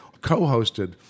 co-hosted